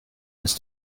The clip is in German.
ist